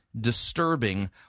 disturbing